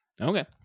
Okay